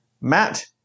Matt